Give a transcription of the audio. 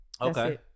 Okay